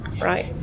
right